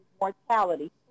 mortality